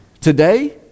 today